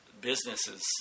businesses